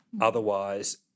otherwise